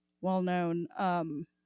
well-known